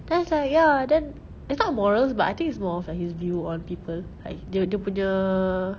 then it's like ya then it's not morals but I think it's more of like his view on people like dia dia punya